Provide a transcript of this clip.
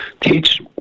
teach